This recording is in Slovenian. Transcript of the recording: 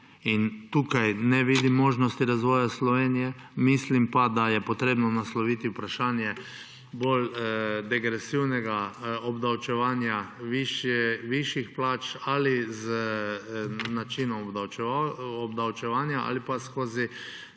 tukaj ne vidim možnosti razvoja Slovenije. Mislim pa, da je treba nasloviti vprašanje bolj degresivnega obdavčevanja višjih plač – ali z načinom obdavčevanja ali pa skozi